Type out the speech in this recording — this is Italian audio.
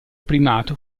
primato